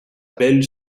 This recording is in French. belle